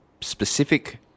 specific